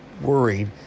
worried